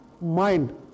mind